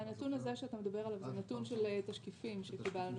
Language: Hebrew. הנתון שאתה מדבר עליו זה נתון של תשקיפים שקיבלנו.